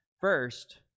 First